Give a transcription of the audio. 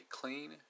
clean